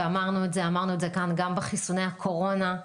גם בחיסוני הקורונה.